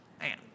Man